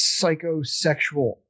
psychosexual